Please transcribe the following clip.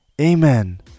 Amen